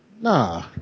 Nah